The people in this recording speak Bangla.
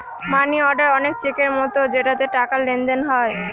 মানি অর্ডার অনেক চেকের মতো যেটাতে টাকার লেনদেন হয়